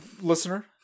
Listener